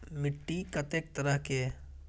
मिट्टी कतेक तरह के?